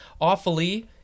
Awfully